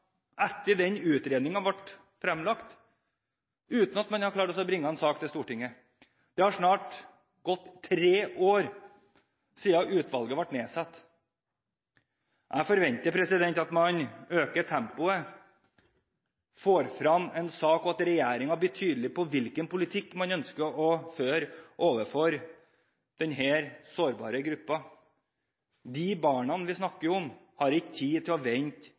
ett år og fire måneder etter at utredningen ble fremlagt, uten at man har klart å bringe en sak til Stortinget. Det har snart gått tre år siden utvalget ble nedsatt. Jeg forventer at man øker tempoet og får frem en sak, og at regjeringen blir tydelig på hvilken politikk man ønsker å føre overfor denne sårbare gruppen. Barna vi snakker om, har ikke tid til å vente